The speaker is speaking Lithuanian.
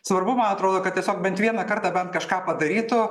svarbu man atrodo kad tiesiog bent vieną kartą bent kažką padarytų